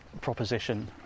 proposition